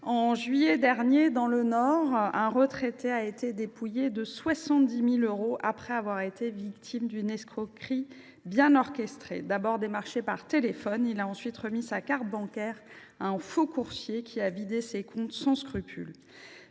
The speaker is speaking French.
en juillet dernier, dans le Nord, un retraité a été dépouillé de 70 000 euros après avoir été victime d’une escroquerie bien orchestrée : d’abord démarché par téléphone, il a ensuite remis sa carte bancaire à un faux coursier, qui a vidé ses comptes sans scrupules.